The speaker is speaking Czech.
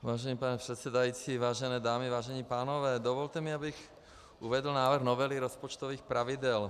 Vážený pane předsedající, vážené dámy, vážení pánové, dovolte mi, abych uvedl návrh novely rozpočtových pravidel.